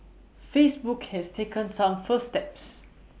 Facebook has taken some first steps